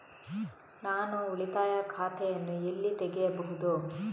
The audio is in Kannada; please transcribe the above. ನಾನು ಉಳಿತಾಯ ಖಾತೆಯನ್ನು ಎಲ್ಲಿ ತೆಗೆಯಬಹುದು?